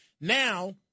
now